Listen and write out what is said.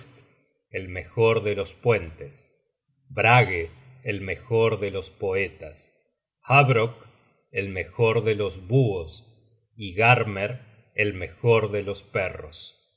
el mejor de los puentes brage el mejor de los poetas habrock el mejor de los buhos y garmer el mejor de los perros los